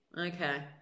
Okay